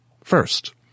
First